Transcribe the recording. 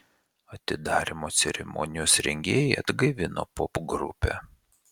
atidarymo ceremonijos rengėjai atgaivino popgrupę